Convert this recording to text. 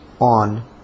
on